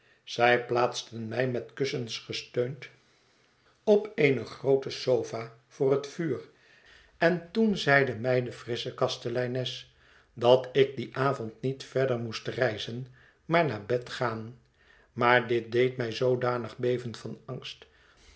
zij plaatsten mij met kussens gesteund op eene groote sofa voor het vuur en toen zeide mij de frissche kasteleines dat ik dien avond niet verder moest reizen maar naar bed gaan maar dit deed mij zoodanig beven van angst